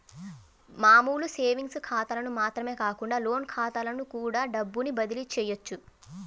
మామూలు సేవింగ్స్ ఖాతాలకు మాత్రమే కాకుండా లోన్ ఖాతాలకు కూడా డబ్బుని బదిలీ చెయ్యొచ్చు